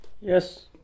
Yes